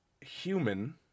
human